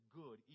good